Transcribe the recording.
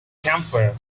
campfire